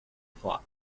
plot